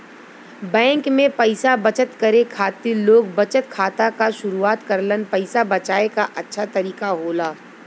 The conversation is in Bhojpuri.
बैंक में पइसा बचत करे खातिर लोग बचत खाता क शुरआत करलन पइसा बचाये क अच्छा तरीका होला